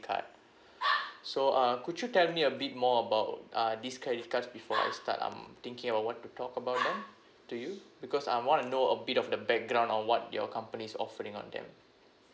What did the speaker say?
card so uh could you tell me a bit more about uh these credit cards before I start um thinking of what to talk about them to you because I wanna know a bit of the background on what your companies offering on them